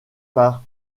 par